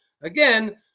Again